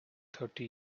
thirty